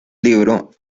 libro